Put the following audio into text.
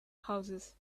houses